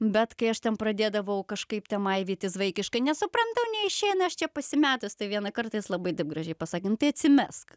bet kai aš ten pradėdavau kažkaip ten maivytis vaikiškai nesuprantu neišeina aš čia pasimetus tai viena kartais labai taip gražiai pasakė nu tai atsimesk